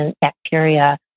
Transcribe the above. bacteria